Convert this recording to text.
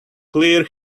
clear